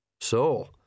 So